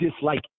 dislike